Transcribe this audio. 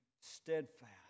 steadfast